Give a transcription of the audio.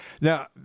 Now